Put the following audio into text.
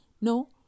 no